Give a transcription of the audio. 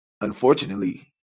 unfortunately